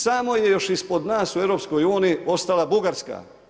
Samo je još ispod nas u EU-u ostala Bugarska.